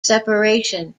separation